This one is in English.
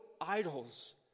idols